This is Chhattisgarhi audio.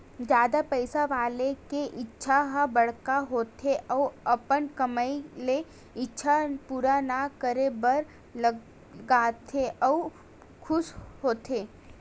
जादा पइसा वाला के इच्छा ह बड़का होथे अउ अपन कमई ल इच्छा पूरा करे बर लगाथे अउ खुस होथे